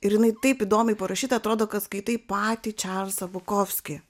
ir jinai taip įdomiai parašyta atrodo kad skaitai patį čarlzą bukovskį